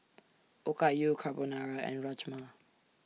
Okayu Carbonara and Rajma